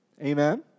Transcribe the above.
Amen